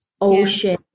ocean